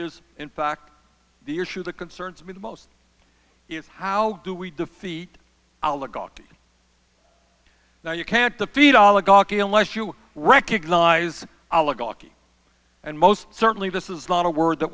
is in fact the issue that concerns me the most is how do we defeat oligarchy you can't defeat oligarchy unless you recognize oligarchy and most certainly this is not a word that